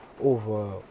over